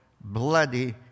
bloody